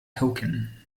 hocken